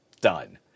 Done